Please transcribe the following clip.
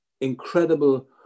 incredible